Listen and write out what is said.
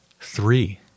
three